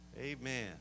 Amen